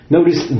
Notice